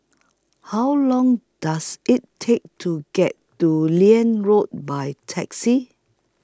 How Long Does IT Take to get to Liane Road By Taxi